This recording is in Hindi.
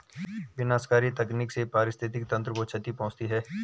विनाशकारी तकनीक से पारिस्थितिकी तंत्र को क्षति पहुँचती है